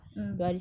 mm